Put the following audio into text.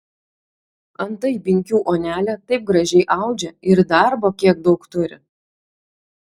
antai binkių onelė taip gražiai audžia ir darbo kiek daug turi